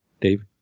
Dave